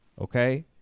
Okay